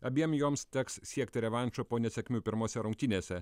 abiem joms teks siekti revanšo po nesėkmių pirmose rungtynėse